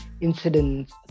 incidents